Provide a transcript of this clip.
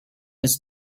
his